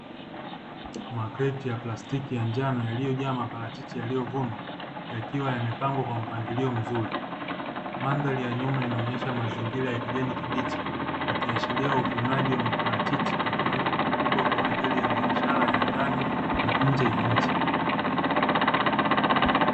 Makreti ya plastiki ya njano, yaliyojaa maparachichi yaliyovunwa yakiwa yamepangwa kwenye mpangilio mzuri, mandhari ya nyuma inaonyesha mazingira ya kijani kibichi ikiashiria u uvunaji wa maparachichi kwa kiwango kikubwa kwa ajili ya biashara ya ndani na nje ya nchi.